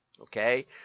okay